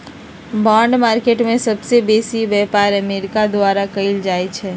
bond market में सबसे बेसी व्यापार अमेरिका द्वारा कएल जाइ छइ